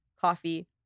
coffee